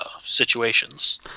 situations